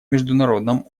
международном